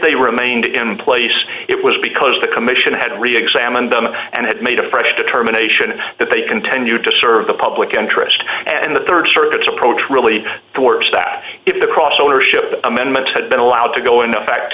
they remained in place it was because the commission had re examined them and had made a fresh determination that they continued to serve the public interest and the rd circuit's approach really torques that if the crossover showed the amendment had been allowed to go into effect